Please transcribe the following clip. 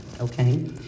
okay